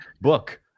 book